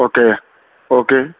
okay okay